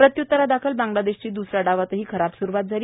प्रत्य्तरादाखल बांगलादेशची दुसऱ्या डावातही खराब सुरुवात झाली